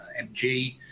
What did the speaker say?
MG